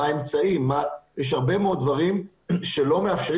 מה האמצעים יש הרבה מאוד דברים שלא מאפשרים